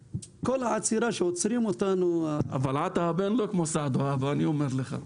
אבל הבן הוא לא כמו האבא, אני אומר לך.